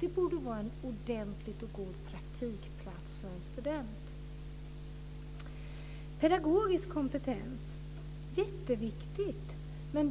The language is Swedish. Det borde vara en ordentlig och god praktikplats för en student. Det är jätteviktigt med pedagogisk kompetens.